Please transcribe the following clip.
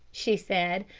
she said,